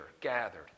gathered